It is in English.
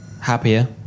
happier